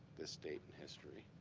this date in history,